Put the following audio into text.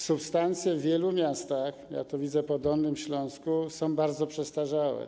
Substancje w wielu miastach, ja to widzę pod Dolnym Śląsku, są bardzo przestarzałe.